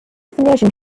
finishing